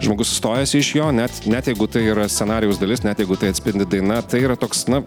žmogus stojasi iš jo net net jeigu tai yra scenarijaus dalis net jeigu tai atspindi daina tai yra toks na